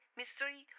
mystery